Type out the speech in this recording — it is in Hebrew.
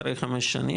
אחרי חמש שנים,